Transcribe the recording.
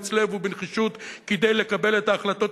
באומץ לב ובנחישות כדי לקבל את ההחלטות